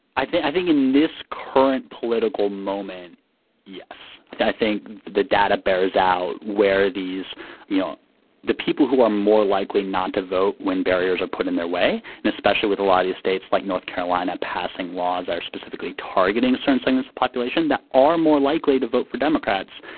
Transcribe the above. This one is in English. i think i think in this current political moment yes i think the data bears out where these young people who are more likely not to vote when barriers are put in their way and especially with a lot of states like north carolina passing laws are specifically targeting certain segments of population that are more likely to vote for democrats.